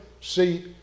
seat